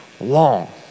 long